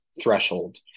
threshold